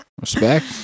Respect